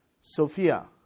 Sophia